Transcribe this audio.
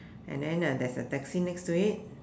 and then there's a taxi next to it